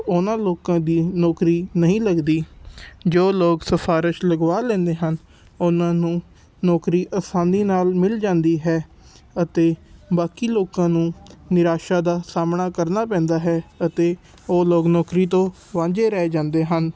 ਉਹਨਾਂ ਲੋਕਾਂ ਦੀ ਨੌਕਰੀ ਨਹੀਂ ਲੱਗਦੀ ਜੋ ਲੋਕ ਸਿਫਾਰਿਸ਼ ਲਗਵਾ ਲੈਂਦੇ ਹਨ ਉਹਨਾਂ ਨੂੰ ਨੌਕਰੀ ਅਸਾਨੀ ਨਾਲ ਮਿਲ ਜਾਂਦੀ ਹੈ ਅਤੇ ਬਾਕੀ ਲੋਕਾਂ ਨੂੰ ਨਿਰਾਸ਼ਾ ਦਾ ਸਾਹਮਣਾ ਕਰਨਾ ਪੈਂਦਾ ਹੈ ਅਤੇ ਉਹ ਲੋਕ ਨੌਕਰੀ ਤੋਂ ਵਾਂਝੇ ਰਹਿ ਜਾਂਦੇ ਹਨ